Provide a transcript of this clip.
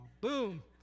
boom